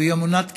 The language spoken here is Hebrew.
מיומנויות קריאה,